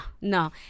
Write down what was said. no